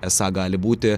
esą gali būti